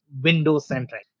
Windows-centric